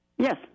Yes